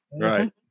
Right